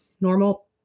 normal